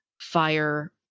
fire